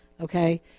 Okay